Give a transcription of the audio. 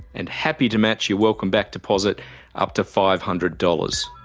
and happy to match your welcome back deposit up to five hundred dollars.